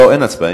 לא, אין הצבעה.